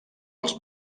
als